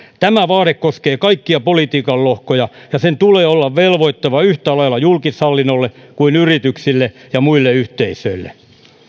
tämä vaade koskee kaikkia politiikan lohkoja ja sen tulee olla velvoittava yhtä lailla julkishallinnolle kuin yrityksille ja muille yhteisöille